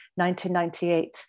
1998